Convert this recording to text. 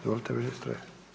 Izvolite ministre.